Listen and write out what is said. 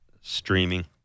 streaming